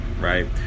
right